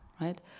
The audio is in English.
right